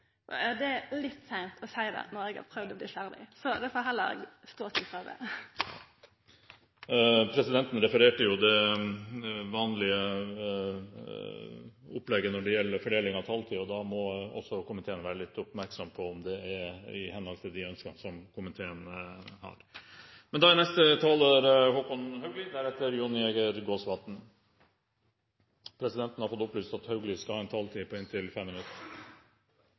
Det er litt seint å seia det når eg har prøvd å gjera meg ferdig, så det får heller stå si prøve. Presidenten refererte det vanlige opplegget når det gjelder fordeling av taletid, og da må også komiteen være litt oppmerksom på om det er i henhold til de ønskene som komiteen har. Neste taler er Håkon Haugli, som presidenten har fått opplyst skal ha en taletid på inntil 5 minutter.